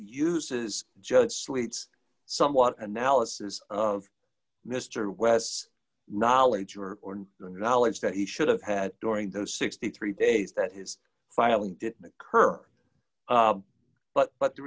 uses judge suites somewhat analysis of mister west's knowledge or or in the knowledge that he should have had during those sixty three days that his filing did occur but but the